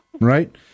Right